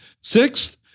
Sixth